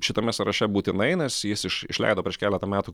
šitame sąraše būtinai nes jis iš išleido prieš keletą metų